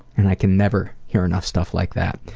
and i can never hear enough stuff like that.